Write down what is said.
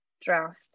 draft